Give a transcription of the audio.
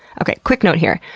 okay, quick note here.